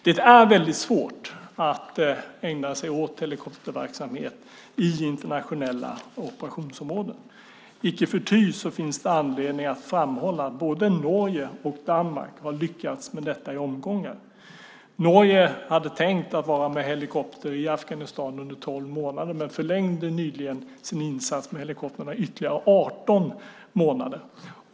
Det är väldigt svårt att ägna sig åt helikopterverksamhet i internationella operationsområden. Icke förty finns det anledning att framhålla att både Norge och Danmark har lyckats med detta i omgångar. Norge hade tänkt att vara med helikopter i Afghanistan under tolv månader, men förlängde nyligen sin insats med helikopter ytterligare 18 månader.